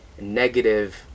negative